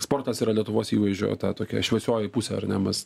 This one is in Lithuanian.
sportas yra lietuvos įvaizdžio ta tokia šviesioji pusė ar ne mes